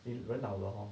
人老了 hor